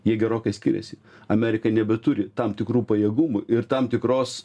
jie gerokai skiriasi amerika nebeturi tam tikrų pajėgumų ir tam tikros